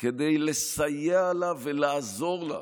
כדי לסייע לה ולעזור לה,